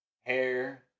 hair